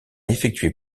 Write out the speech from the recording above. effectué